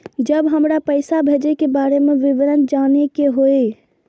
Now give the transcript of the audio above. जब हमरा पैसा भेजय के बारे में विवरण जानय के होय?